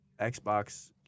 Xbox